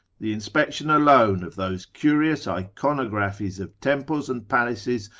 the inspection alone of those curious iconographies of temples and palaces,